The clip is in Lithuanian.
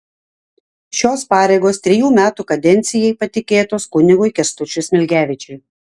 šios pareigos trejų metų kadencijai patikėtos kunigui kęstučiui smilgevičiui